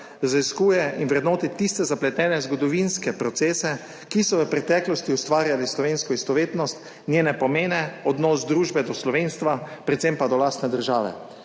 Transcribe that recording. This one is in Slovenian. raziskuje in vrednoti tiste zapletene zgodovinske procese, ki so v preteklosti ustvarjali slovensko istovetnost, njene pomene, odnos družbe do slovenstva, predvsem pa do lastne države.